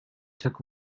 took